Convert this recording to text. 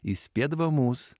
įspėdavo mus